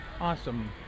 Awesome